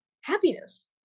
happiness